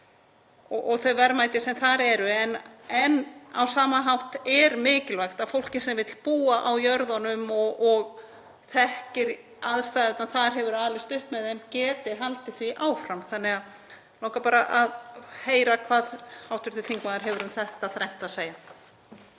og þau verðmæti sem þar eru. En á sama hátt er mikilvægt að fólkið sem vill búa á jörðunum og þekkir aðstæðurnar þar, hefur alist upp við þær, geti haldið því áfram. Mig langar bara að heyra hvað hv. þingmaður hefur um þetta þrennt að segja.